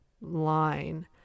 line